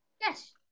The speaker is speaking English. Yes